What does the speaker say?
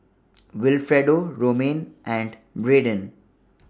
Wilfredo Romaine and Brayden